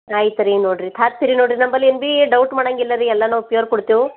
ಆಯಿತರೀ ನೋಡಿರಿ ತಿರ್ಗಿ ನೋಡಿರಿ ನಮ್ಮಲ್ಲಿ ಏನು ಭಿ ಡೌಟ್ ಮಾಡಂಗಿಲ್ಲರಿ ಎಲ್ಲ ನಾವು ಪ್ಯೂರ್ ಕೊಡ್ತೆವು